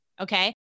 Okay